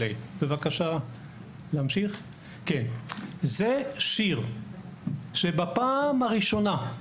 ד׳ - זה שיר, שבפעם הראשונה,